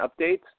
updates